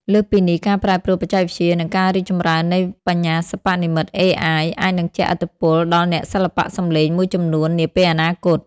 លើសពីនេះ ការប្រែប្រួលបច្ចេកវិទ្យា និងការរីកចម្រើននៃបញ្ញាសិប្បនិម្មិត (AI) អាចនឹងជះឥទ្ធិពលដល់អ្នកសិល្បៈសំឡេងមួយចំនួននាពេលអនាគត។